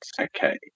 okay